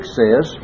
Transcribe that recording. says